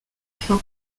faim